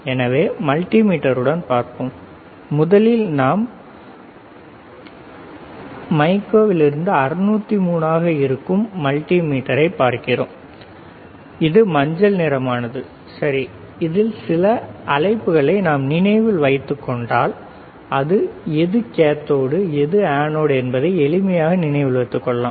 எனவே மல்டிமீட்டருடன் பார்ப்போம் முதலில் நாம் மைக்கோவிலிருந்து 603 ஆக இருக்கும் மல்டிமீட்டரைப் பார்க்கிறோம் இது மஞ்சள் நிறமானது சரி இதில் சில அழைப்புகளை நாம் நினைவில் வைத்துக் கொண்டால் எது கேதோடு எது அனோடு என்று எளிமையாக நினைவில் வைத்துக் கொள்ளலாம்